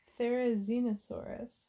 Therizinosaurus